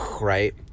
right